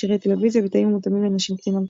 מכשירי טלוויזיה ותאים המותאמים לנשים קטינות או בשיקום.